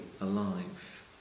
alive